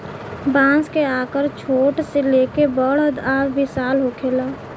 बांस के आकर छोट से लेके बड़ आ विशाल होखेला